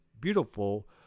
beautiful